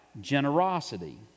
generosity